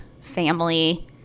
family